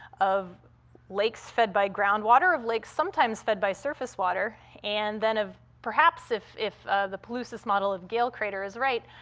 of lakes fed by groundwater, of lakes sometimes fed by surface water, and then of perhaps, if if the palucis model of gale crater is right,